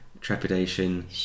trepidation